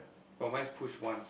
oh mine is push once